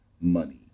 money